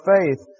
faith